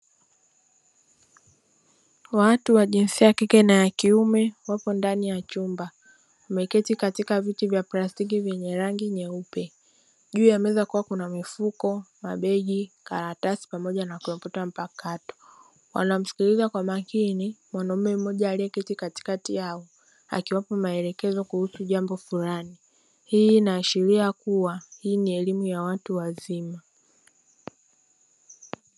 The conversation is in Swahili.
Watu wa jinsia ya kike na ya kiume wapo ndani ya chumba. Wameketi katika viti vya plastiki vyenye rangi nyeupe. Juu ya meza kukiwa kuna mifuko, mabegi, karatasi pamoja na kompyuta mpakato. Wanamsikiliza kwa makini mwanamume mmoja aliyeketi katikati yao akiwapa maelekezo kuhusu jambo fulani. Hii inaashiria kuwa hii ni elimu ya watu wazima.